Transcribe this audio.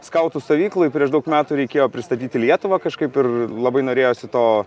skautų stovykloj prieš daug metų reikėjo pristatyti lietuvą kažkaip ir labai norėjosi to